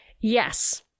yes